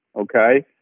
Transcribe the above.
okay